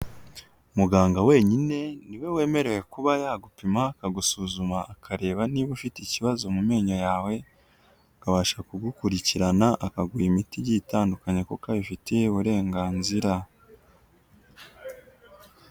Muganga wenyine niwe wemerewe kuba yagupima akagusuzuma akareba niba ufite ikibazo mu menyo yawe akabasha kugukurikirana akaguha imiti igiye itandukanye, kuko abifitiye uburenganzira.